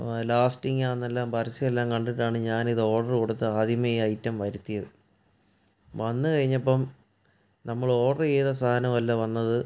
ലാസ്റ്റിങ്ങാന്നെല്ലാം പരസ്യമെല്ലാം കണ്ടിട്ടാണ് ഞാനിതു ഓർഡറ് കൊടുത്തത് ആദ്യമേ ഈ ഐറ്റം വരുത്തിയത് വന്നു കഴിഞ്ഞപ്പം നമ്മൾ ഓഡറ് ചെയ്ത സാധനം അല്ല വന്നത്